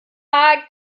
tag